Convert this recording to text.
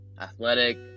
athletic